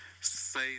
Say